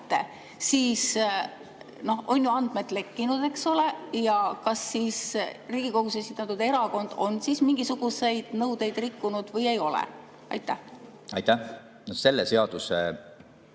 siis on ju andmed lekkinud, eks ole. Kas Riigikogus esindatud erakond on siis mingisuguseid nõudeid rikkunud või ei ole? Aitäh! Selle seaduse